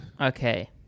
Okay